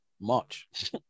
March